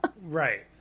Right